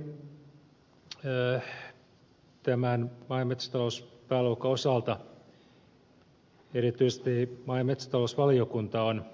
ensinnäkin tämän maa ja metsätalouspääluokan osalta erityisesti maa ja metsätalousvaliokunta on